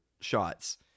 shots